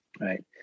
right